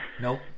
nope